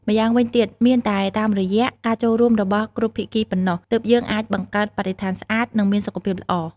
ម្យ៉ាងវិញទៀត មានតែតាមរយៈការចូលរួមរបស់គ្រប់ភាគីប៉ុណ្ណោះ ទើបយើងអាចបង្កើតបរិស្ថានស្អាត និងមានសុខភាពល្អ។